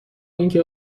اینکه